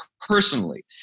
personally